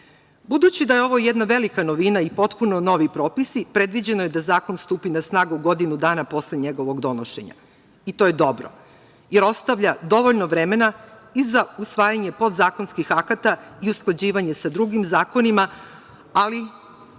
da je ovo jedna velika novina i potpuno novi propisi predviđeno je da zakon stupi na snagu godinu dana posle njegovog donošenja i to je dobro jer ostavlja dovoljno vremena i za usvajanje podzakonskih akata i usklađivanje sa drugim zakonima, ali